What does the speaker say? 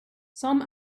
some